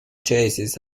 chassis